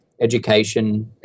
education